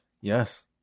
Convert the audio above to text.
Yes